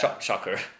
Shocker